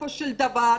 בסופו של דבר,